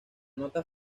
nota